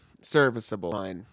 serviceable